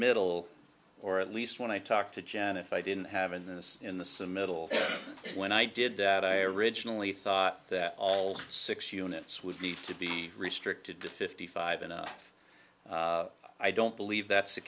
middle or at least when i talk to jan if i didn't have in the in the middle when i did that i originally thought that all six units would be to be restricted to fifty five enough i don't believe that's the